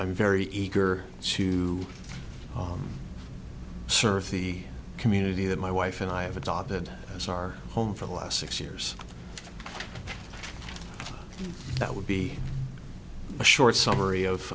i'm very eager to serve the community that my wife and i have adopted as our home for the last six years that would be a short